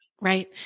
Right